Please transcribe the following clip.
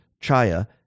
Chaya